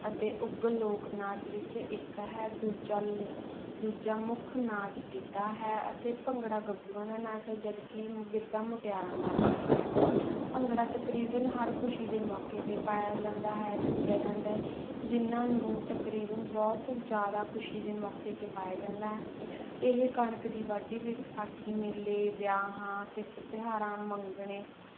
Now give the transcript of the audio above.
ਅਤੇ ਉੱਘੇ ਲੋਕ ਨਾਚ ਵਿੱਚ ਇੱਕ ਹੈ ਦੂਜਾ ਲੋ ਦੂਜਾ ਮੁੱਖ ਨਾਚ ਗਿੱਧਾ ਹੈ ਅਤੇ ਭੰਗੜਾ ਗੱਭਰੂਆਂ ਦਾ ਨਾਚ ਹੈ ਜਦ ਕਿ ਗਿੱਧਾ ਮੁਟਿਆਰਾਂ ਦਾ ਨਾਚ ਹੈ ਭੰਗੜਾ ਤਕਰੀਬਨ ਹਰ ਖੁਸ਼ੀ ਦੇ ਮੌਕੇ 'ਤੇ ਪਾਇਆ ਜਾਂਦਾ ਹੈ ਨੱਚਿਆ ਜਾਂਦਾ ਹੈ ਜਿਹਨਾਂ ਨੂੰ ਤਕਰੀਬਨ ਬਹੁਤ ਜ਼ਿਆਦਾ ਖੁਸ਼ੀ ਦੇ ਮੌਕੇ 'ਤੇ ਪਾਇਆ ਜਾਂਦਾ ਇਹ ਕਣਕ ਦੀ ਵਾਢੀ ਵਿਸਾਖੀ ਮੇਲੇ ਵਿਆਹਾਂ ਤਿਥ ਤਿਉਹਾਰਾਂ ਮੰਗਣੇ